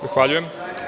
Zahvaljujem.